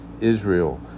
Israel